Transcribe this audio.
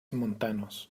montanos